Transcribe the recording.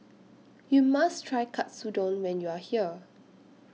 YOU must Try Katsudon when YOU Are here